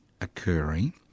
occurring